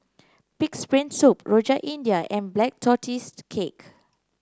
pig's brain soup Rojak India and Black Tortoise Cake